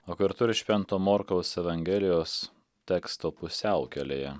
o kartu ir švento morkaus evangelijos teksto pusiaukelėje